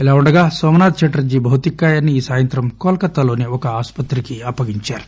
ఇలా వుండగా నోమనాథ్ చటర్షీ భౌతిక కాయాన్ని ఈ సాయంత్రం కోల్కతాలోని ఒక ఆసుపత్రికి అప్పగించారు